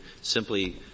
simply